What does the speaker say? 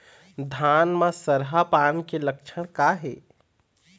धान म सरहा पान के लक्षण का हे?